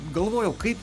galvojau kaip